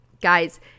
Guys